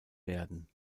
werden